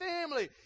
family